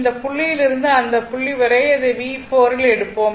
இந்த புள்ளியில் இருந்து இந்த புள்ளி வரை அதை V4 இல் எடுத்தோம்